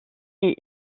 est